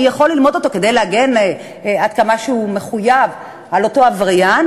הוא יכול ללמוד אותו כדי להגן עד כמה שהוא מחויב על אותו עבריין,